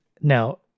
Now